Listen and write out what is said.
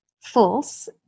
False